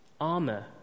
armor